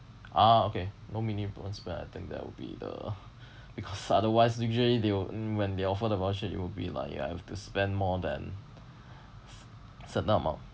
ah okay no minimum spend I think that would be the because otherwise usually they will mm when they offer the voucher it will be like you have to spend more than certain amount